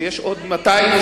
כי יש עוד 200,000,